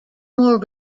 more